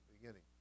Beginning